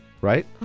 Right